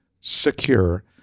secure